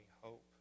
hope